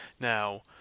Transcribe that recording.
Now